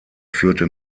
führte